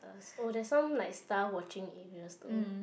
oh there's some like star watching areas though